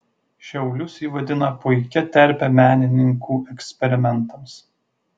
šiaulius ji vadina puikia terpe menininkų eksperimentams